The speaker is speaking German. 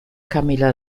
camilla